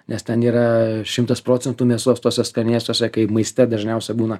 nes ten yra šimtas procentų mėsos tuose skanėstuose kai maiste dažniausia būna